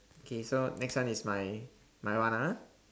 K so next one is my my one ah